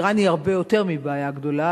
אירן היא הרבה יותר מבעיה גדולה.